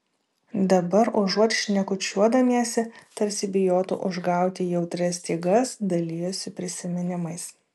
dabar užuot šnekučiuodamiesi tarsi bijotų užgauti jautrias stygas dalijosi prisiminimais